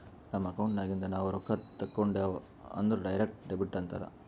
ನಮ್ ಅಕೌಂಟ್ ನಾಗಿಂದ್ ನಾವು ರೊಕ್ಕಾ ತೇಕೊಂಡ್ಯಾವ್ ಅಂದುರ್ ಡೈರೆಕ್ಟ್ ಡೆಬಿಟ್ ಅಂತಾರ್